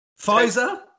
Pfizer